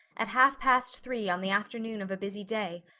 at half-past three on the afternoon of a busy day,